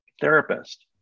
therapist